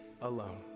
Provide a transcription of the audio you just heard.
alone